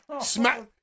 smack